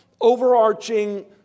overarching